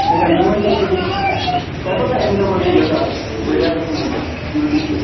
اچھا مےٚ ؤنۍتو تُہۍ تۅہہِ کوتاہ اِنکَم آسوٕ گَژھان رٮ۪تَس منٛز یوٹیٛوٗب سۭتۍ